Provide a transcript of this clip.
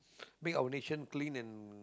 make our nation clean and